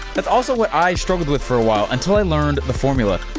that's also what i struggled with for awhile, until i learned the formula.